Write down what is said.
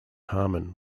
harmon